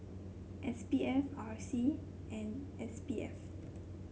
S P F R C and S P F